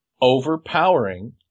overpowering